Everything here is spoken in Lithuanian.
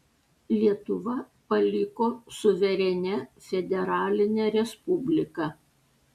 lietuva paliko suverenia federaline respublika